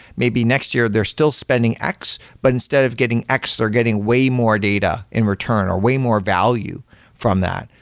maybe next year, they're still spending x, but instead of getting x, they're getting way more data in return, or away more value from that.